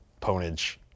Ponage